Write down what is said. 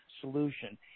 solution